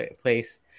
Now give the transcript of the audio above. place